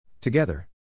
Together